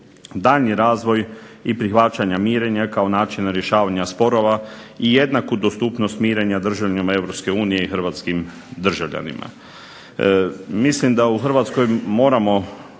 daljnji razvoj i prihvaćanja mirenja kao načina rješavanja sporova i jednaku dostupnost mirenja državljanima Europske unije i hrvatskim državljanima. Mislim da u Hrvatskoj moramo